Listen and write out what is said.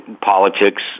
politics